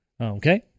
okay